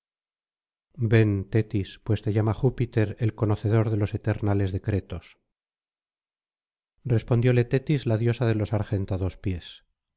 tetis pues te llama júpiter el conocedor de los eternales decretos respondióle tetis la diosa de los argentados pies por